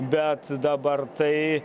bet dabar tai